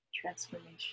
transformation